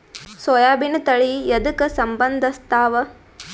ಸೋಯಾಬಿನ ತಳಿ ಎದಕ ಸಂಭಂದಸತ್ತಾವ?